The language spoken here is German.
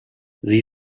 sie